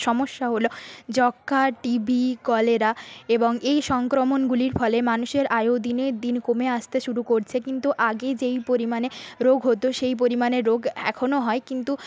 সমস্যা হল যক্ষ্মা টিবি কলেরা এবং এই সংক্রমণগুলির ফলে মানুষের আয়ু দিনের দিন কমে আসতে শুরু করছে কিন্তু আগে যেই পরিমাণে রোগ হতো সেই পরিমাণে রোগ এখনও হয় কিন্তু